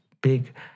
big